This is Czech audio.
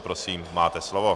Prosím, máte slovo.